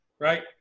right